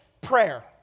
prayer